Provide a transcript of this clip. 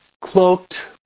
cloaked